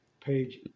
Page